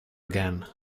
again